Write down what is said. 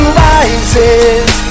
rises